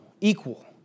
equal